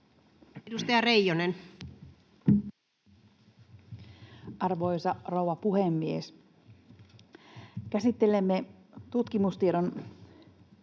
Edustaja Reijonen. Arvoisa rouva puhemies! Käsittelemme tutkimustiedon